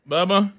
Bubba